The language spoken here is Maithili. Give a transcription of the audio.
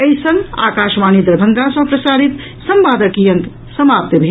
एहि संग आकाशवाणी दरभंगा सँ प्रसारित संवादक ई अंक समाप्त भेल